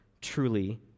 truly